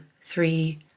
three